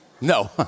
No